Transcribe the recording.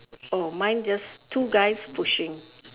oh mine just two guys pushing